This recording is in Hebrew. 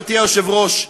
גברתי היושבת-ראש,